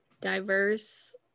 diverse